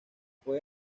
fue